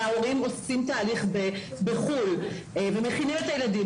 ההורים עושים תהליך בחוץ לארץ ומכינים את הילדים